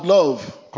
love